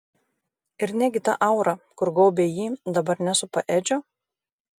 ir negi ta aura kur gaubė jį dabar nesupa edžio